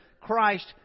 Christ